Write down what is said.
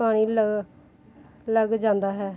ਪਾਣੀ ਲੱਗ ਲੱਗ ਜਾਂਦਾ ਹੈ